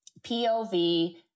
POV